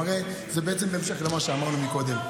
זה בעצם המשך למה שאמרנו קודם.